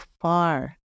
far